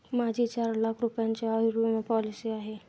माझी चार लाख रुपयांची आयुर्विमा पॉलिसी आहे